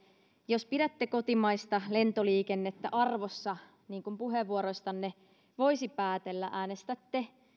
jos pidätte kotimaista lentoliikennettä arvossa niin kuin puheenvuoroistanne voisi päätellä äänestätte